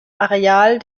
areal